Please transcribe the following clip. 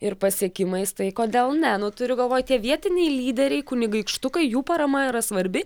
ir pasiekimais tai kodėl ne nu turiu galvoj tie vietiniai lyderiai kunigaikštukai jų parama yra svarbi